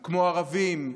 ערבים,